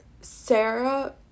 Sarah